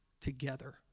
together